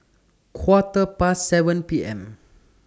Quarter Past seven P M